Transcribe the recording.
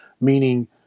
meaning